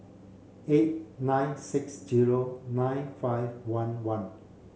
eight nine six zero nine five one one